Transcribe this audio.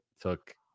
took